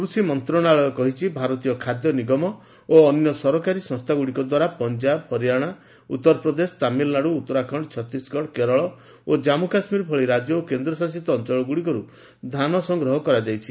କୃଷି ମନ୍ତ୍ରଣାଳୟ କହିଛି ଭାରତୀୟ ଖାଦ୍ୟ ନିଗମ ଓ ଅନ୍ୟ ସରକାରୀ ସଂସ୍ଥାଗୁଡ଼ିକ ଦ୍ୱାରା ପଞ୍ଜାବ ହରିୟାନା ଉତ୍ତରପ୍ରଦେଶ ତାମିଲନାଡୁ ଉତ୍ତରାଖଣ୍ଡ ଚଣ୍ଡିଗଡ କେରଳ ଓ କାମ୍ମୁ କାଶ୍ମୀର ଭଳି ରାଜ୍ୟ ଓ କେନ୍ଦ୍ରଶାସିତ ଅଞ୍ଚଳ ଗୁଡ଼ିକରୁ ଧାନ ସଂଗ୍ରହ କରାଯାଇଛି